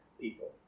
people